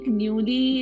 newly